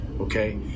Okay